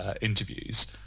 interviews